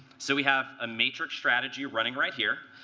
so we have a matrix strategy running right here.